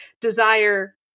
desire